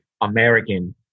American